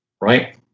right